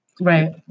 right